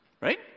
right